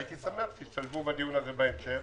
הייתי שמח שתשתלבו בדיון הזה בהמשך.